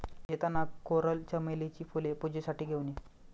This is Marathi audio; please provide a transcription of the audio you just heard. येताना कोरल चमेलीची फुले पूजेसाठी घेऊन ये